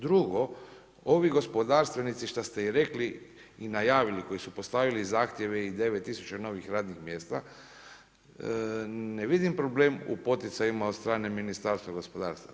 Drugo, ovi gospodarstvenici što ste i rekli i najavili, koji su postavili zahtjeve i 9000 novih radnih mjesta, ne vidim problem u poticajima od strane Ministarstva gospodarstva.